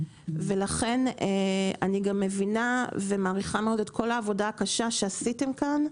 אני גם מבינה ומעריכה את כל העבודה הקשה שעשיתם כאן.